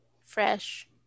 fresh